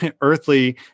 earthly